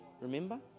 Remember